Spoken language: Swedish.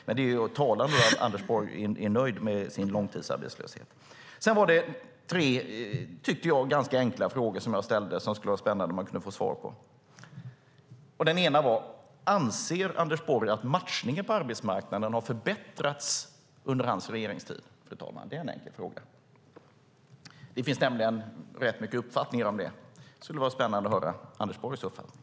Men Anders Borg är nöjd med långtidsarbetslösheten. Jag ställde tre ganska enkla frågor som det skulle vara spännande att få svar på. Den första frågan var: Anser Anders Borg att matchningen på arbetsmarknaden har förbättrats under hans regeringstid? Det är en enkel fråga. Det finns nämligen rätt många uppfattningar om det. Det skulle vara spännande att höra Anders Borgs uppfattning.